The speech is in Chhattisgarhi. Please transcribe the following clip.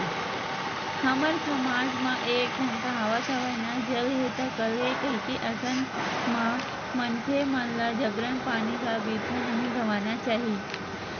हमर समाज म एक ठन कहावत हवय ना जल हे ता कल हे कहिके अइसन म मनखे मन ल जबरन पानी ल अबिरथा नइ गवाना चाही